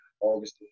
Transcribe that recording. August